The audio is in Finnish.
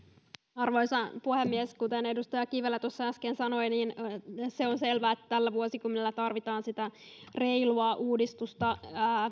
arvoisa puhemies kuten edustaja kivelä tuossa äsken sanoi se on selvää että tällä vuosikymmenellä tarvitaan sitä reilua uudistusta